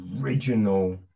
original